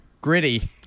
Gritty